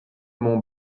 mon